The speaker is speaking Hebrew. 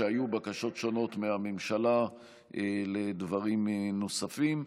שהיו בקשות שונות מהממשלה לדברים נוספים.